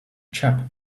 chap